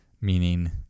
meaning